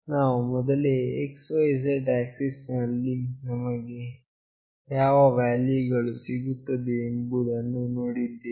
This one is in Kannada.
ನಾವು ಮೊದಲೇ x y z ಆಕ್ಸಿಸ್ ನಲ್ಲಿ ನಮಗೆ ಯಾವ ವ್ಯಾಲ್ಯೂಗಳು ಸಿಗುತ್ತವೆ ಎಂಬುದನ್ನು ನೋಡಿದ್ದೇವೆ